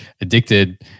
addicted